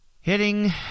Hitting